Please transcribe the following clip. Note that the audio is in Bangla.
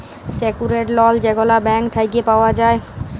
সেক্যুরড লল যেগলা ব্যাংক থ্যাইকে পাউয়া যায়